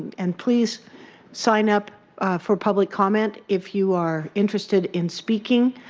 and please sign up for public comment if you are interested in speaking.